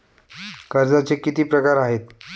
कर्जाचे किती प्रकार आहेत?